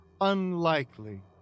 Unlikely